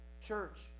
church